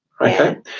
okay